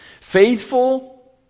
Faithful